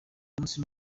munsi